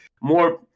more